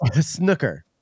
Snooker